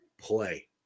play